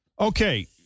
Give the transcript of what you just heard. Okay